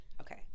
Okay